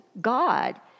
God